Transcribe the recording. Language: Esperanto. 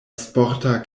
sporta